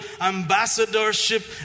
ambassadorship